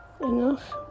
enough